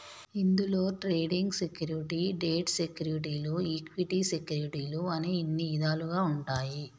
ఇందులో trading security, debt సెక్యూరిటీలు equity సెక్యూరిటీలు అని ఇన్ని ఇదాలుగా ఉంటాయి